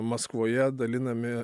maskvoje dalinami